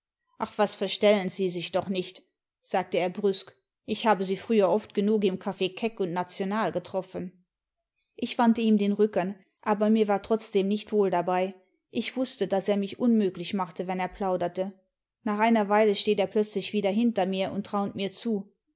ach was verstellen sie sich doch nicht sagte er brüsk ich habfe sie früher oft genug im caf keck und national getroffen ich wandte ihm den rücken aber mir war trotzdem nicht wohl dabei ich wußte daß er mich unmöglich machte wenn er plauderte nach einer weile steht er plötzlich wieder hinter mir und raunt nur zu